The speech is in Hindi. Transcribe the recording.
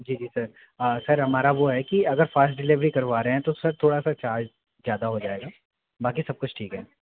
जी जी सर सर हमारा वो है कि अगर फ़ास्ट डिलीवरी करवा रहे है तो सर थोड़ा सा चार्ज ज़्यादा हो जाएगा बाकि सब कुछ ठीक है